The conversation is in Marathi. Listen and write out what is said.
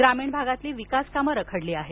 ग्रामीण भागातील विकास कामे रखडली आहेत